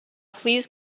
please